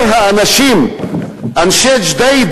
ולנשים נשואות,